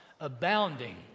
abounding